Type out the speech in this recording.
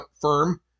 firm